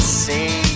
see